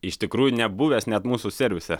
iš tikrųjų nebuvęs net mūsų servise